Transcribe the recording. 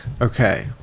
Okay